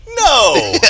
No